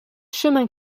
chemin